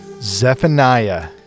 Zephaniah